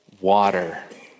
water